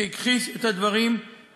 והוא הכחיש את הדברים שנאמרו,